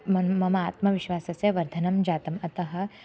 मम मम आत्मविश्वासस्य वर्धनं जातम् अतः